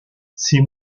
ces